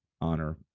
honor